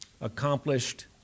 accomplished